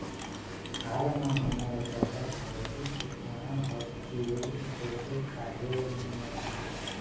हाल मा हमर डहर हरदी के पान हर पिवरी होके काहे मरथे?